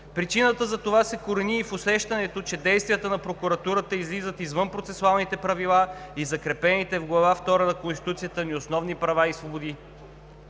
Причината за това се корени и в усещането, че действията на прокуратурата излизат извън процесуалните правила и закрепените в Глава втора на Конституцията ни основни права и свободи.